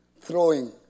throwing